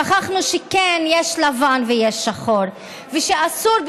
שכחנו שיש לבן ויש שחור ושאסור,